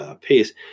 piece